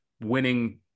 winning